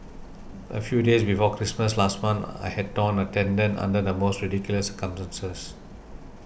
a few days before Christmas last month I had torn a tendon under the most ridiculous circumstances